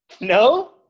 No